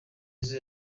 jizzo